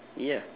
ya